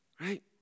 Right